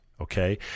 Okay